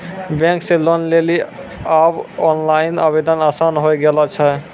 bank से loan लेली आब ओनलाइन आवेदन आसान होय गेलो छै